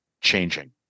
changing